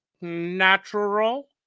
natural